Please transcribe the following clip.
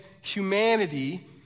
humanity